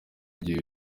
gihe